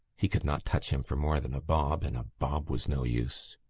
he could not touch him for more than a bob and a bob was no use.